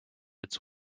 its